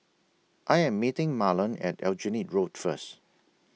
I Am meeting Marlen At Aljunied Road First